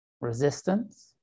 resistance